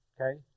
Okay